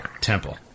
temple